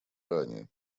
ранее